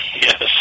Yes